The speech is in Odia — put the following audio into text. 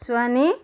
ସୁହାନୀ